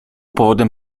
powodem